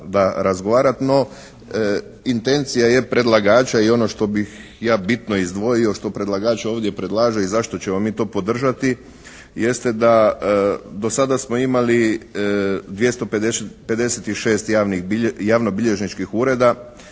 da razgovarati. No, intencija je predlagača i ono što bih ja bitno izdvojio što predlagač ovdje predlaže i zašto ćemo mi to podržati jeste da do sada smo imali 256 javnobilježničkih ureda,